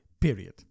period